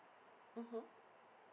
mmhmm